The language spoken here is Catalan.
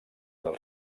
del